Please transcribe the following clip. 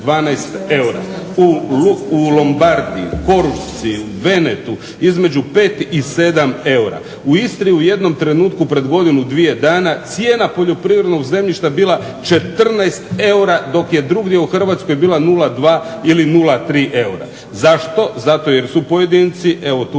U Lombardiji, u Porušci, u Benetu između 5 i 7 eura. U Istri u jednom trenutku pred godinu, dvije dana cijena poljoprivrednog zemljišta bila 14 eura dok je drugdje u Hrvatskoj bila nula dva ili nula tri eura. Zašto? Zato jer su pojedinci, evo tu